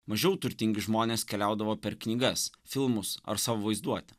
mažiau turtingi žmonės keliaudavo per knygas filmus ar savo vaizduotę